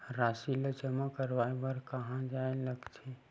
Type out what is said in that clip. राशि ला जमा करवाय बर कहां जाए ला लगथे